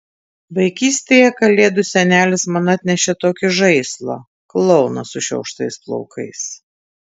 vaikystėje kalėdų senelis man atnešė tokį žaislą klouną sušiauštais plaukais